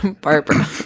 Barbara